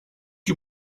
you